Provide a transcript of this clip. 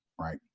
right